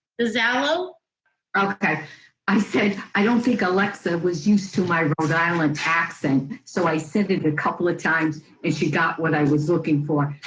okay i said i don't think alexa was used to my rhode island accent so i sent it a couple of times and she got what i was looking for,